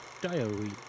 diary